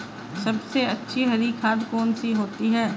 सबसे अच्छी हरी खाद कौन सी होती है?